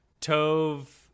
Tove